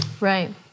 right